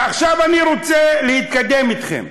ועכשיו אני רוצה להתקדם אתכם.